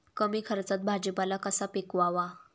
कमी खर्चात भाजीपाला कसा पिकवावा?